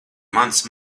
mans